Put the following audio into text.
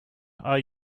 are